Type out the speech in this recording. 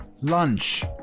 Lunch